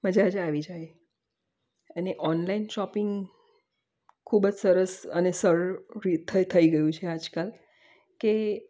મજા જ આવી જાય અને ઓનલાઇન શોપિંગ ખૂબ જ સરસ અને સરળ થઈ ગયું છે આજકાલ કે